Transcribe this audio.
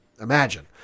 imagine